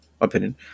opinion